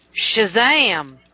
Shazam